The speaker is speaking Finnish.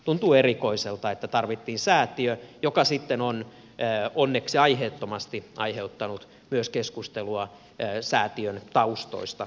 tuntuu erikoiselta että tarvittiin säätiö joka sitten on onneksi aiheettomasti aiheuttanut keskustelua myös säätiön taustoista